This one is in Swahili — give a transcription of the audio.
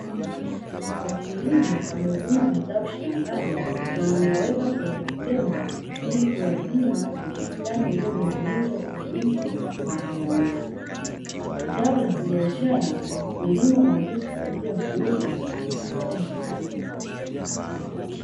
Wakulima wamevuna mazao shambani na wameyaweka kwenye matenga ili kuyapima kwenye mzani ulioning'inizwa kwenye mti na kuyauza, zao la kibiashara hulimwa mahususi kwa ajili ya kuuza na kupata kipato.